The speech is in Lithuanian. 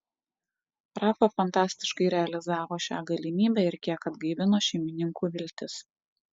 rafa fantastiškai realizavo šią galimybę ir kiek atgaivino šeimininkų viltis